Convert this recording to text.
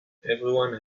everyone